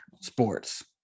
sports